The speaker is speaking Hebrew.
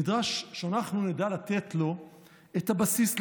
נדרש שאנחנו נדע לתת לו את הבסיס לחיים.